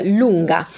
lunga